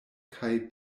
kaj